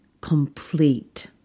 complete